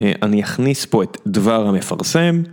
אה.. אני אכניס פה את דבר המפרסם